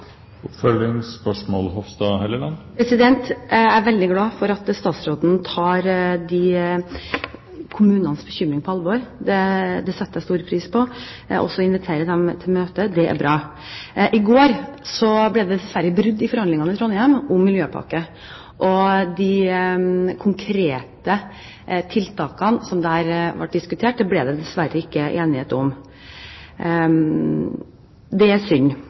Jeg er veldig glad for at statsråden tar disse kommunenes bekymring på alvor – det setter jeg stor pris på – og også inviterer dem til møte. Det er bra. I går ble det dessverre brudd i forhandlingene i Trondheim om miljøpakken. De konkrete tiltakene som der ble diskutert, ble det dessverre ikke enighet om. Det er synd.